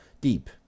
deep